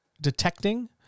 detecting